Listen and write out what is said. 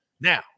Now